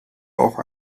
auch